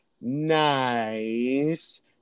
nice